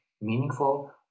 meaningful